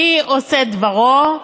מי עושה דברו,